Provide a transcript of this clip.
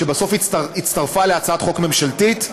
שבסוף הצטרפה להצעת חוק ממשלתית,